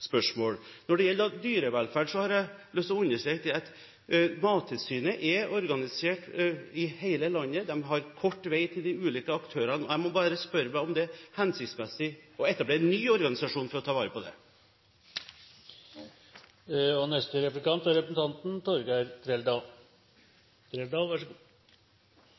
Når det gjelder dyrevelferd, har jeg lyst til å understreke at Mattilsynet er organisert over hele landet. De har kort vei til de ulike aktørene. Jeg må bare spørre meg om det er hensiktsmessig å etablere en ny organisasjon for å ta vare på det.